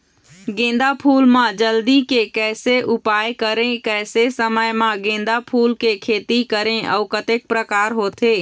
गेंदा फूल मा जल्दी के कैसे उपाय करें कैसे समय मा गेंदा फूल के खेती करें अउ कतेक प्रकार होथे?